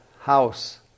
house